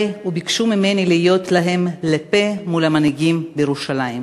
וביקשו ממני להיות להם לפה מול המנהיגים בירושלים.